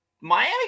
Miami